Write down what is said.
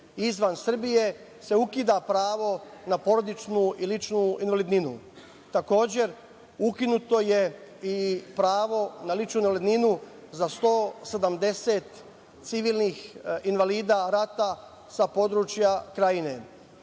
izvan Srbije se ukida pravo na porodičnu i ličnu invalidninu. Takođe, ukinuto je i pravo ličnu invalidninu za 170 civilnih invalida rata sa područja Krajine.